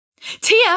Tia